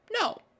No